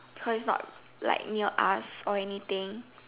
cause is not like near us or anything